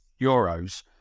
euros